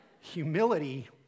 humility